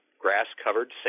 grass-covered